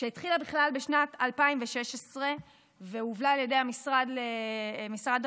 שהתחילה בכלל בשנת 2016 והובלה על ידי משרד הרווחה,